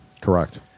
Correct